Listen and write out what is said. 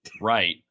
Right